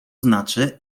znaczy